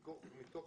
מתוך